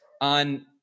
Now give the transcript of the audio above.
on